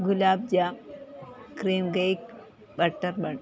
gulab jam cream cake butter bun